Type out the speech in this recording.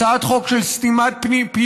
הצעת חוק של סתימת פיות,